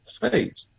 fate